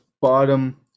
bottom –